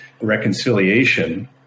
Reconciliation